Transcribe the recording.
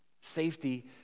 Safety